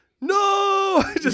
No